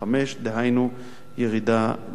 דהיינו ירידה בהחלט משמעותית.